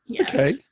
Okay